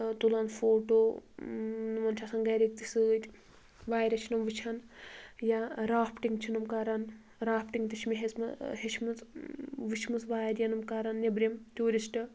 تُلان فوٹوٗ نۄمَن چھِ آسان گرِکۍ تہِ سۭتۍ واریاہ چھِ نۄم وُچھان یا رافٹِنگ چھِ نۄم کران رافٹِنگ تہِ چھِ مےٚ ہژٕ ہچھ مٕژ وُچھمٕژ واریاہ یم کران نٮ۪برِم ٹورِشٹ